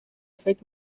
فکر